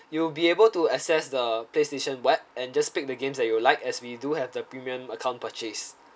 you'll be able to access the playstation web and just pick the games that you would like as we do have the premium account purchase